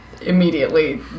immediately